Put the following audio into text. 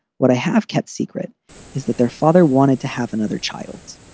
what i have kept secret is that their father wanted to have another child.